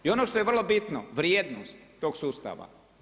I ono što je vrlo bitno, vrijednost tog sustava.